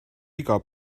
iga